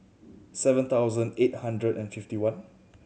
seven thousand eight hundred and fifty one